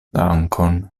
dankon